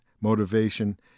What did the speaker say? motivation